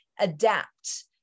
adapt